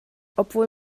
obwohl